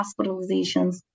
hospitalizations